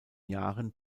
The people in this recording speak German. jahren